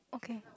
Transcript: okay